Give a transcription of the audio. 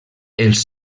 els